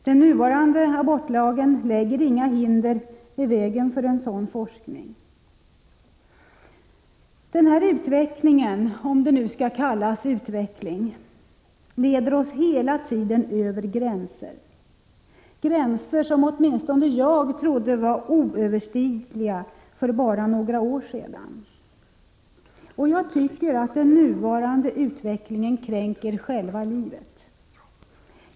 Den nuvarande abortlagen lägger inga hinder i vägen för en sådan forskning. Denna utveckling — om det nu skall kallas så — leder oss hela tiden över gränser, gränser som åtminstone jag för bara några år sedan trodde var oöverstigliga. Jag tycker att den nuvarande utvecklingen kränker själva livet.